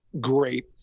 great